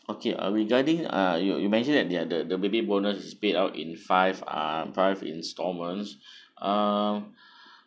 okay uh regarding uh you you mentioned that the the the baby bonus is pay out in five uh five installments uh